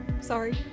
Sorry